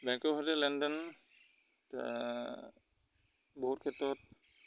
বেংকৰ সতে লেনদেন বহুত ক্ষেত্ৰত